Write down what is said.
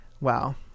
Wow